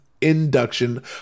induction